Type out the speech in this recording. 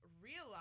realize